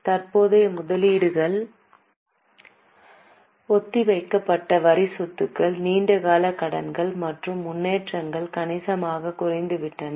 தற்போதைய முதலீடுகள் ஒத்திவைக்கப்பட்ட வரி சொத்துக்கள் நீண்ட கால கடன்கள் மற்றும் முன்னேற்றங்கள் கணிசமாகக் குறைந்துவிட்டன